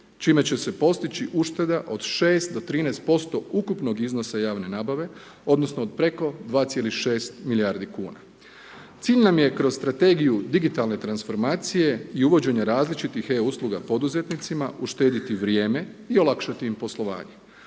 čime će se postići ušteda do 6 do 13% ukupnog iznosa javne nabave odnosno od preko 2,6 milijardi kuna. Cilj nam je kroz Strategiju digitalne tansformacije i uvođenja različitih e-usluga poduzetnicima uštedjeti vrijeme i olakšati im poslovanje.